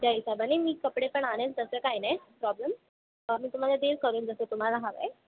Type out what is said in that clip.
त्या हिशोबानं मी कपडे पण आणेन तसं काय नाही प्रॉब्लेम मी तुम्हाला देईल करून जसं तुम्हाला हवं आहे